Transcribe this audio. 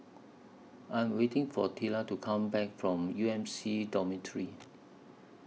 I Am waiting For Tilla to Come Back from U M C Dormitory